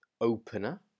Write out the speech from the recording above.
Opener